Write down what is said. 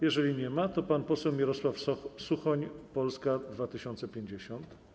Jeżeli nie ma, to pan poseł Mirosław Suchoń, Polska 2050.